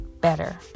better